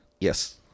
Yes